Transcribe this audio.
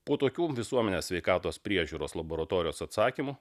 po tokių visuomenės sveikatos priežiūros laboratorijos atsakymų